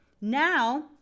Now